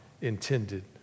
intended